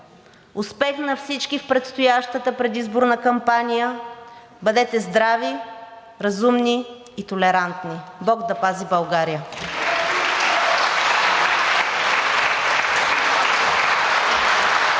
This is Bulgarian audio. Успех на всички в предстоящата предизборна кампания, бъдете здрави, разумни и толерантни! Бог да пази България!